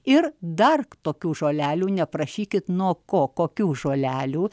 ir dar tokių žolelių neprašykit nuo ko kokių žolelių